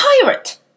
pirate